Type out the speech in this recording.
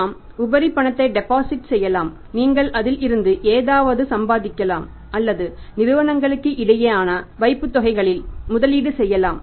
நாம் உபரி பணத்தை டெபாசிட் செய்யலாம் நீங்கள் அதில் இருந்து ஏதாவது சம்பாதிக்கலாம் அல்லது நிறுவனங்களுக்கு இடையேயான வைப்புத்தொகைகளில் முதலீடு செய்யலாம்